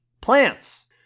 plants